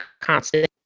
constant